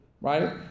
Right